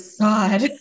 god